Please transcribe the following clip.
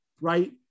right